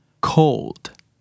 Cold